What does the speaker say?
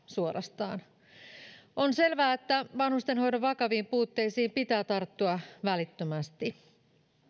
suorastaan pelottaa on selvää että vanhustenhoidon vakaviin puutteisiin pitää tarttua välittömästi